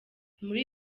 muri